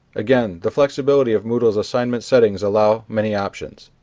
again, the flexibility of moodle's assignment settings allow many options.